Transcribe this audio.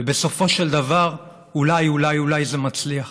ובסופו של דבר אולי, אולי, אולי זה מצליח.